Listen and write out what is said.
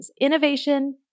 innovation